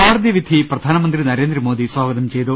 കോടതിവിധി പ്രധാനമന്ത്രി നരേന്ദ്രമോദി സ്വാഗതം ചെയ്തു